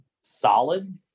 solid